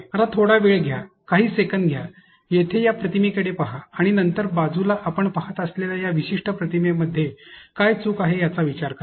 आता थोडा वेळ घ्या काही सेकंद घ्या येथे या प्रतिमेकडे पहा आणि नंतर या बाजूला आपण पहात असलेल्या या विशिष्ट प्रतिमेमध्ये काय चूक आहे याचा विचार करा